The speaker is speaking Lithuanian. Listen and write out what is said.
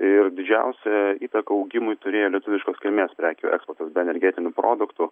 ir didžiausią įtaką augimui turėjo lietuviškos kilmės prekių eksportas be energetinių produktų